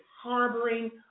harboring